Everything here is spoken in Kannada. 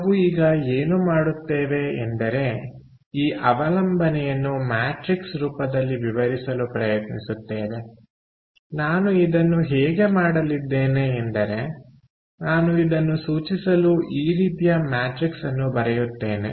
ನಾವು ಈಗ ಏನು ಮಾಡುತ್ತೇವೆ ಎಂದರೆ ಈ ಅವಲಂಬನೆಯನ್ನು ಮ್ಯಾಟ್ರಿಕ್ಸ್ ರೂಪದಲ್ಲಿ ವಿವರಿಸಲು ಪ್ರಯತ್ನಿಸುತ್ತೇವೆ ನಾನು ಇದನ್ನು ಹೇಗೆ ಮಾಡಲಿದ್ದೇನೆ ಎಂದರೆ ನಾನು ಇದನ್ನು ಸೂಚಿಸಲು ಈ ರೀತಿಯ ಮ್ಯಾಟ್ರಿಕ್ಸ್ ಅನ್ನು ಬರೆಯುತ್ತೇನೆ